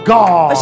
God